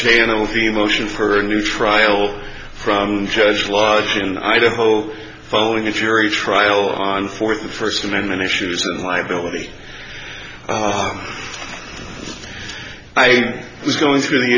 chain of emotion for a new trial from judge was in idaho following a cheery trial on for the first amendment issues of liability i was going through the